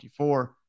24